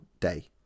day